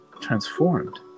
transformed